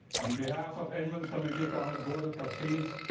on behalf of edmonds community college board of trustees,